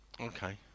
Okay